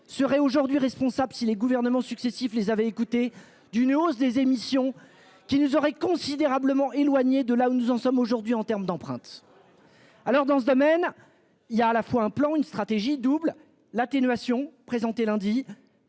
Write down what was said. serait aujourd'hui responsable si les gouvernements successifs les avait écoutés d'une hausse des émissions qui nous aurait considérablement éloignée de là où nous en sommes aujourd'hui, en termes d'empreinte. Alors dans ce domaine il y a à la fois un plan une stratégie double l'atténuation présenté lundi.